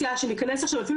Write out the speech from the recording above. לא שאנחנו נבין סינית,